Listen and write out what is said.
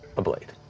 a blade.